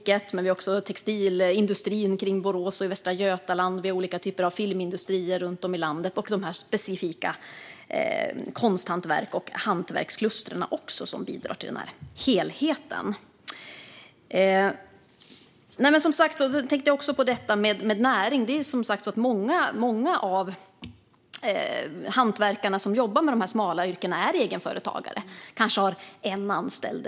Vi har bland annat Glasriket, textilindustrin i Borås och övriga Västra Götaland, flera filmindustrier runt om i landet och olika specifika konsthantverks och hantverkskluster som bidrar till helheten. Många hantverkare inom dessa smala yrken är egenföretagare med kanske en anställd.